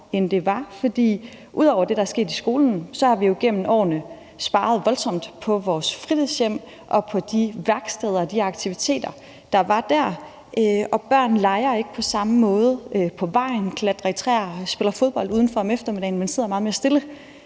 end det var. Ud over det, der er sket i skolen, har vi jo gennem årene sparet voldsomt på vores fritidshjem og på de værksteder og de aktiviteter, der var der. Børn leger ikke på samme måde på vejen, klatrer ikke i træer og spiller ikke fodbold udenfor om eftermiddagen. Man sidder meget mere stille